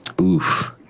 Oof